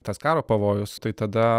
tas karo pavojus tai tada